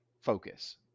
focus